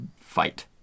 fight